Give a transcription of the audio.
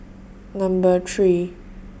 Number three